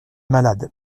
malade